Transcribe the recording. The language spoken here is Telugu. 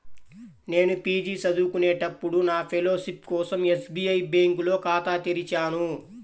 నేను పీజీ చదువుకునేటప్పుడు నా ఫెలోషిప్ కోసం ఎస్బీఐ బ్యేంకులో ఖాతా తెరిచాను